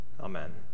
Amen